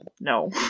No